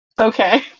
Okay